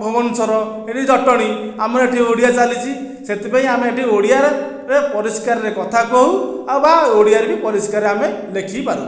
ଭୁବନେଶ୍ଵର ଏଠି ଜଟଣୀ ଆମର ଏଠି ଓଡ଼ିଆ ଚାଲିଛି ସେଥିପାଇଁ ଆମେ ଏଠି ଓଡ଼ିଆରେ ରେ ପରିସ୍କାରରେ କଥା କହୁ ଆଉ ବା ଓଡ଼ିଆରେ ବି ପରିସ୍କାରରେ ଆମେ ଲେଖିପାରୁ